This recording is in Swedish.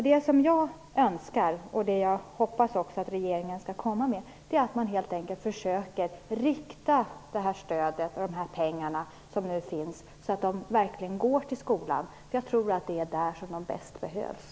Det som jag önskar och hoppas är att regeringen helt enkelt försöker att rikta de pengar som nu finns, så att de verkligen går till skolan. Jag tror nämligen att det är där som de bäst behövs.